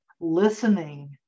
listening